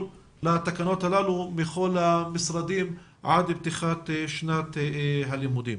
לתקנות הללו בכל המשרדים עד לפתיחת שנת הלימודים.